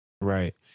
Right